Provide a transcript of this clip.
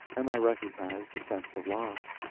and i recognized a sense of loss.